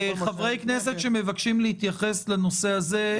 חברי כנסת שמבקשים להתייחס לנושא הזה,